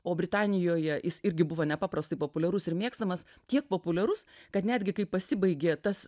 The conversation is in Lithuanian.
o britanijoje jis irgi buvo nepaprastai populiarus ir mėgstamas tiek populiarus kad netgi kai pasibaigė tas